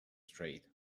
trade